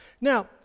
Now